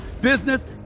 business